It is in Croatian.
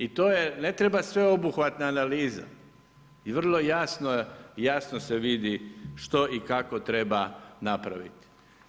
I to je, ne treba sveobuhvatna analiza i vrlo jasno se vidi, što i kako treba napraviti.